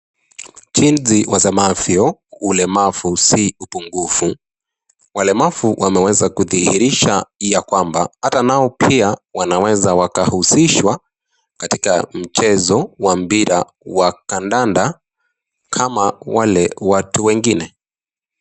Jinsi wasemavyo ulemavu si upungufu, walemavu wameweza kudhihirisha ya kwamba hata nao pia wanaweza wakahusishwa katika mchezo wa mpira wa kandanda kama wale watu wengine